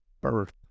birth